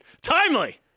Timely